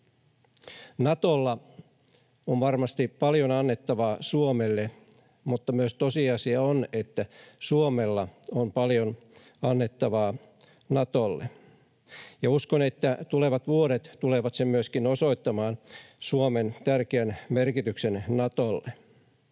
Natolla on varmasti paljon annettavaa Suomelle, mutta tosiasia on myös, että Suomella on paljon annettavaa Natolle, ja uskon, että tulevat vuodet tulevat myöskin osoittamaan Suomen tärkeän merkityksen Natolle.